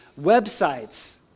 websites